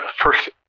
first